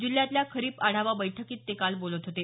जिल्ह्यातल्या खरीप आढावा बैठकीत ते बोलत होते